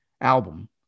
album